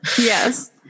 Yes